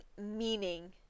meaning